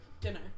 dinner